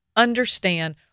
understand